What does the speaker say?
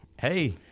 hey